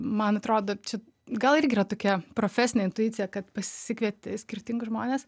man atrodo čia gal irgi yra tokia profesinė intuicija kad pasikvieti skirtingus žmones